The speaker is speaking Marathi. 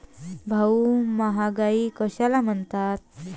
भाऊ, महागाई कशाला म्हणतात?